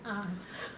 ah